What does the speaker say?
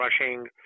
rushing